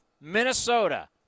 Minnesota